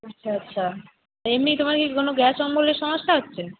আচ্ছা আচ্ছা এমনি তোমার কি কোনো গ্যাস অম্বলের সমস্যা হচ্ছে